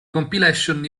compilation